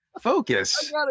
Focus